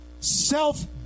Self-